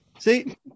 See